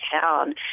town